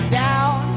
down